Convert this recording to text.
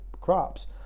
crops